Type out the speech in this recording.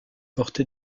porté